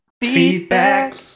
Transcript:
Feedback